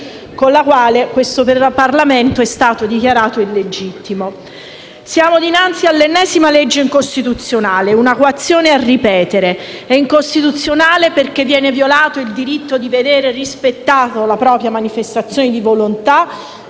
con la quale questo Parlamento è stato dichiarato illegittimo. Siamo dinanzi all'ennesima legge incostituzionale, una coazione a ripetere. È incostituzionale perché viene violato il diritto di vedere rispettata la propria manifestazione di volontà,